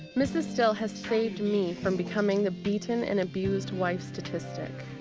mrs. still has saved me from becoming the beaten and abused wife statistic.